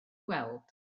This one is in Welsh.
weld